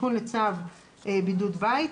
תיקון לצו בידוד בית.